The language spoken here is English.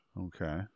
Okay